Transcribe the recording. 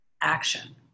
action